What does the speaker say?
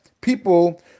people